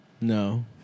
No